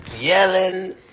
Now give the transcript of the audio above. yelling